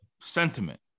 sentiment